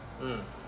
um